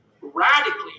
radically